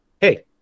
hey